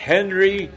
Henry